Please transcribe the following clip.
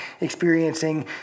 experiencing